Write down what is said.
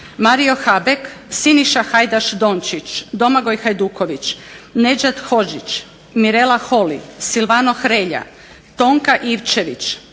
Mario Habek, Siniša Hajdaš Dončić, Domagoj Hajduković, Nedžad Hodžić, Mirela Holy, Silvano Hrelja, Tonka Ivčević,